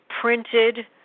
printed